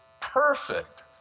perfect